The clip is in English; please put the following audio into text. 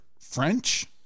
French